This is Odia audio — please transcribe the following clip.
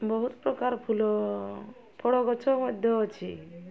ବହୁତ ପ୍ରକାର ଫୁଲ ଫଳ ଗଛ ମଧ୍ୟ ଅଛି